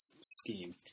scheme